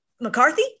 mccarthy